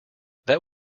that